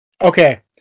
Okay